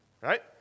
Right